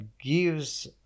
gives